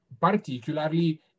particularly